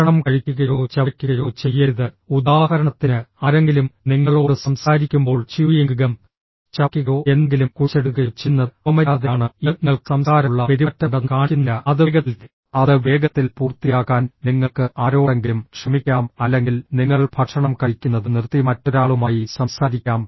ഭക്ഷണം കഴിക്കുകയോ ചവയ്ക്കുകയോ ചെയ്യരുത് ഉദാഹരണത്തിന് ആരെങ്കിലും നിങ്ങളോട് സംസാരിക്കുമ്പോൾ ച്യൂയിംഗ് ഗം ചവയ്ക്കുകയോ എന്തെങ്കിലും കുഴിച്ചെടുക്കുകയോ ചെയ്യുന്നത് അപമര്യാദയാണ് ഇത് നിങ്ങൾക്ക് സംസ്കാരമുള്ള പെരുമാറ്റമുണ്ടെന്ന് കാണിക്കുന്നില്ല അത് വേഗത്തിൽ അത് വേഗത്തിൽ പൂർത്തിയാക്കാൻ നിങ്ങൾക്ക് ആരോടെങ്കിലും ക്ഷമിക്കാം അല്ലെങ്കിൽ നിങ്ങൾ ഭക്ഷണം കഴിക്കുന്നത് നിർത്തി മറ്റൊരാളുമായി സംസാരിക്കാം